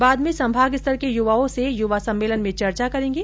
बाद में संभाग स्तर के युवाओं से युवा सम्मेलन में चर्चा करेंगे